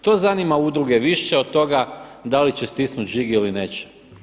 To zanima udruge više od toga da li će stisnuti žig ili neće.